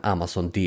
Amazon